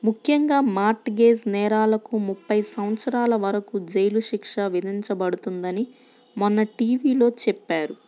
ముఖ్యంగా mortgage నేరాలకు ముప్పై సంవత్సరాల వరకు జైలు శిక్ష విధించబడుతుందని మొన్న టీ.వీ లో చెప్పారు